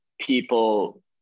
people